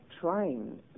trying